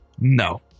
No